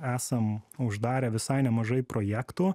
esam uždarę visai nemažai projektų